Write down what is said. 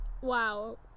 wow